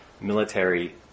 military